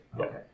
Okay